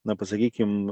na pasakykim